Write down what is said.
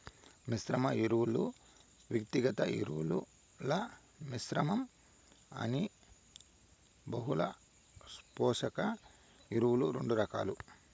మిశ్రమ ఎరువులు, వ్యక్తిగత ఎరువుల మిశ్రమం అని బహుళ పోషక ఎరువులు రెండు రకాలు